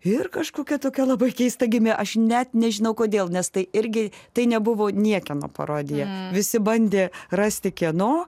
ir kažkokia tokia labai keista gimė aš net nežinau kodėl nes tai irgi tai nebuvo niekieno parodija visi bandė rasti kieno